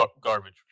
garbage